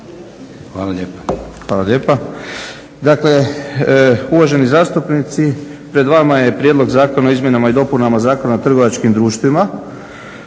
Orsat** Hvala lijepa. Dakle, uvaženi zastupnici pred vama je Prijedlog zakona o izmjenama i dopunama Zakona o trgovačkim društvima.